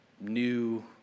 new